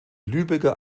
lübecker